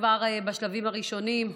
שכבר בשלבים הראשונים,